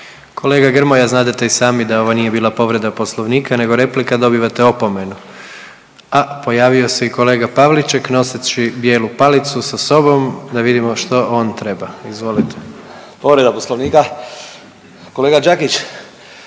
Kolega Grmoja, znadete i sami da ovo nije bila povreda poslovnika nego replika, dobivate opomenu, a pojavio se i kolega Pavliček noseći bijelu palicu sa sobom, da vidimo što on treba, izvolite. **Pavliček, Marijan